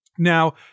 Now